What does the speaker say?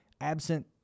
absent